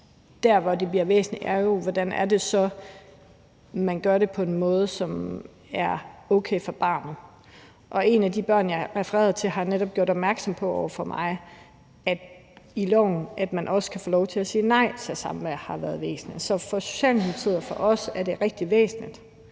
at det, der er væsentligt, er, hvordan man gør det på en måde, som er okay for barnet. Et af de børn, jeg refererede til, har netop gjort opmærksom på over for mig, at det, at man i loven også kan få lov til at sige nej til samvær, har været væsentligt. Så for Socialdemokratiet og for os er det rigtig væsentligt,